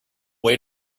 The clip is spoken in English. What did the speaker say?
been